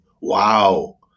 Wow